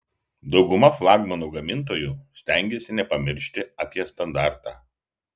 dauguma flagmanų gamintojų stengiasi nepamiršti apie standartą